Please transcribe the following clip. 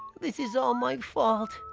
this is all my fault.